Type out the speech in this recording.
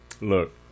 Look